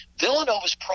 Villanova's